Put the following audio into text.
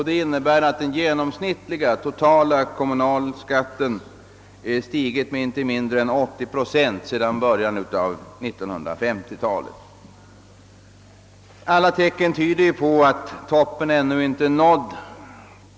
Det innebär att den genomsnitt liga totala kommunalskatten har stigit med inte mindre än 80 procent sedan början av 1950-talet. Alla tecken tyder på att toppen ännu inte är nådd.